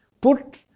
put